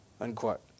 Unquote